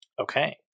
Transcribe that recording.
Okay